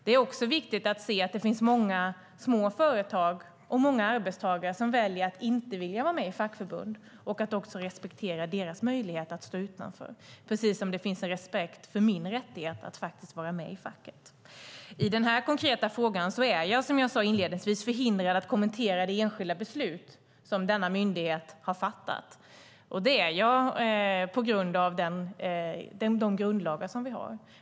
Det är också viktigt att se att det finns många små företag och många arbetstagare som väljer att inte vara med i fackförbund och att respektera deras möjlighet att stå utanför, precis som det finns en respekt för min rättighet att vara med i facket. I den här konkreta frågan är jag, som jag sade inledningsvis, förhindrad att kommentera det enskilda beslut som denna myndighet har fattat. Det är jag på grund av de grundlagar som vi har.